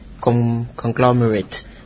conglomerate